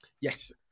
yes